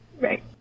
Right